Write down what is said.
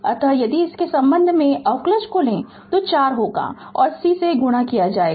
अतः यदि इसके संबंध में अवकलज लें तो 4 होगा और C से गुणा किया जाएगा